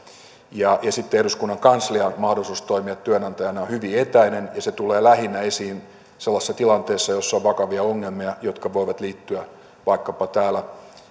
ja sitten eduskunnan kanslian mahdollisuus toimia työnantajana on hyvin etäinen ja se tulee esiin lähinnä sellaisessa tilanteessa jossa on vakavia ongelmia jotka voivat liittyä vaikkapa täällä